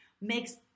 makes